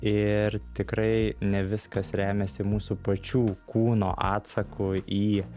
ir tikrai ne viskas remias į mūsų pačių kūno atsaku į